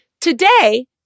Today